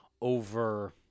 over